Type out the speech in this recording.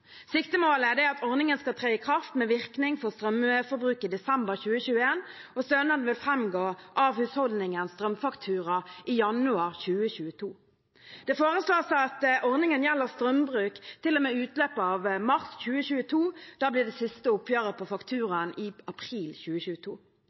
Siktemålet er at ordningen skal tre i kraft med virkning for strømforbruk i desember 2021, og stønaden vil framgå av husholdningenes strømfaktura i januar 2022. Det foreslås at ordningen gjelder strømforbruk til og med utløpet av mars 2022. Da blir det siste oppgjøret på